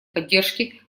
поддержки